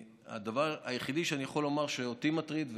הדבר היחיד שאני יכול לומר שמטריד אותי,